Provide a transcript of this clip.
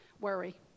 Worry